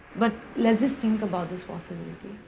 but, let's just think about this possibility.